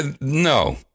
No